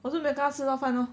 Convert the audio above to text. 我就没有跟他吃到饭 lor